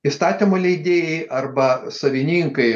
įstatymo leidėjai arba savininkai